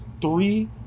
three